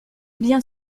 bien